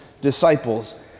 disciples